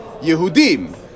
Yehudim